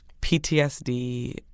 PTSD